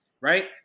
right